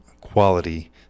quality